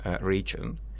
region